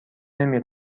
نمی